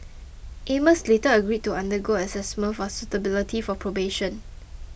Amos later agreed to undergo assessment for suitability for probation